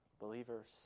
Believers